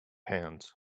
hands